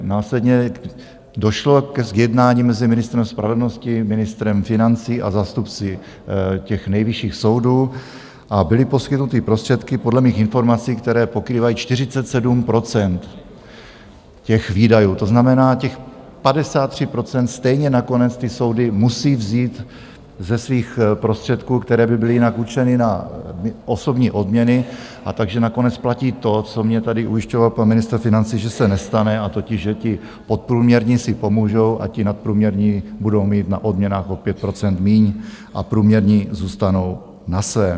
Následně došlo k jednání mezi ministrem spravedlnosti, ministrem financí a zástupci nejvyšších soudů a byly poskytnuty prostředky, podle mých informací, které pokrývají 47 % těch výdajů, to znamená těch 53 % stejně nakonec ty soudy musí vzít ze svých prostředků, které by byly jinak určeny na osobní odměny, a tak že nakonec platí to, co mě tady ujišťoval pan ministr financí, že se nestane, a totiž, že ti podprůměrní si pomůžou a ti nadprůměrní budou mít na odměnách o 5 % míň a průměrní zůstanou na svém.